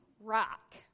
rock